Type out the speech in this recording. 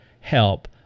help